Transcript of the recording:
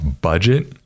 budget